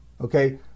Okay